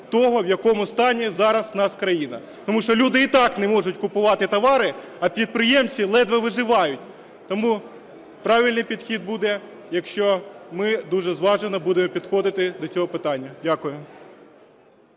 того, в якому стані зараз у нас країна, тому що люди і так не можуть купувати товари, а підприємці ледве виживають. Тому правильний підхід буде, якщо ми дуже зважено будемо підходити до цього питання. Дякую.